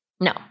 No